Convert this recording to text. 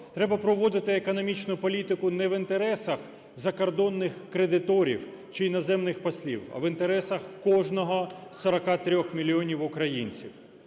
Треба проводити економічну політику не в інтересах закордонних кредиторів чи іноземних послів, а в інтересах кожного 43 мільйонів українців,